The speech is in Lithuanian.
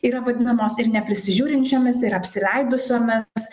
yra vadinamos ir neprisižiūrinčiomis ir apsileidusiomis